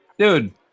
Dude